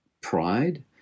pride